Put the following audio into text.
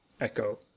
echo